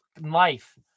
life